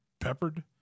peppered